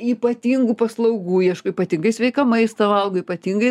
ypatingų paslaugų ieško ypatingai sveiką maistą valgo ypatingai